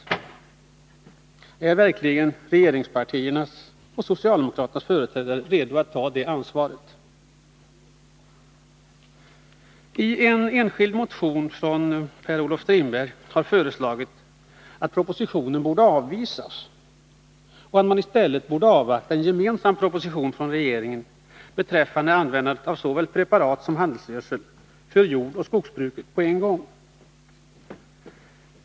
Är Torsdagen den verkligen regeringspartiernas och socialdemokraternas företrädare redo att 10 december 1981 ta det ansvaret? Lag om spridning av bekämpningsregeringen i vilken gemensamt— alltså på en gång — behandlas användande av medel över skogspreparat och handelsgödsel för jordoch skogsbruket.